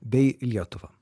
bei lietuvą